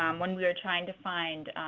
um when we were trying to find